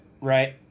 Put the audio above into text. Right